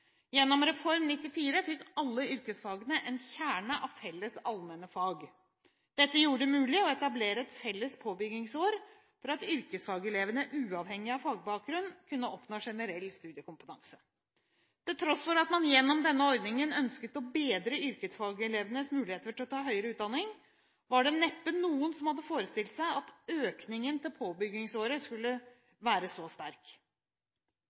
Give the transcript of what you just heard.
Gjennom Reform 94 fikk alle yrkesfagene en kjerne av felles allmenne fag. Dette gjorde det mulig å etablere et felles påbyggingsår for at yrkesfagelevene uavhengig av fagbakgrunn kunne oppnå generell studiekompetanse. Til tross for at man gjennom denne ordningen ønsket å bedre yrkesfagelevenes muligheter til å ta høyere utdanning, var det neppe noen som hadde forestilt seg at søkningen til påbyggingsåret skulle være så sterk.